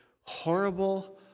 horrible